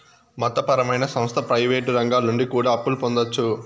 మత పరమైన సంస్థ ప్రయివేటు రంగాల నుండి కూడా అప్పులు పొందొచ్చు